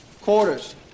quarters